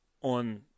on